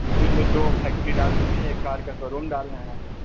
क्योंकि हमें दो फैक्ट्री डालनी है एक कार का शो रूम डालना है